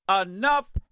Enough